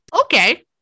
Okay